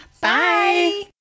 Bye